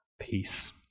peace